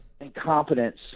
incompetence